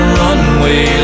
runway